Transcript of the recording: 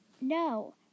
No